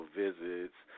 visits